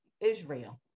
Israel